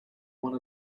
one